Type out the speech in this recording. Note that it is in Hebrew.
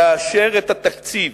לאשר את התקציב,